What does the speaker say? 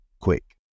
quick